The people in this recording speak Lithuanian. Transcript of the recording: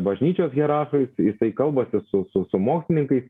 bažnyčios hierarchais jisai kalbasi su su su mokslininkais